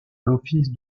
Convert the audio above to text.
l’office